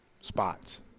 spots